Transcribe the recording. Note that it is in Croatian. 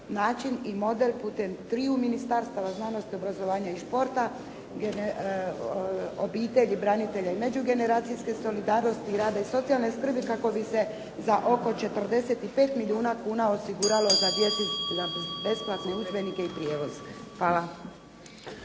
način i model putem triju Ministarstva znanosti, obrazovanja i športa, obitelji, branitelja i međugeneracijske solidarnosti i rada i socijalne skrbi kako bi se za oko 45 milijuna kuna osiguralo za besplatne udžbenike i prijevoz. Hvala.